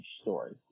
story